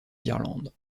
d’irlande